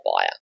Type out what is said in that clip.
buyer